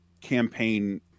campaign